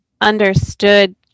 understood